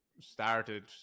started